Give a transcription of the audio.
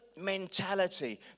mentality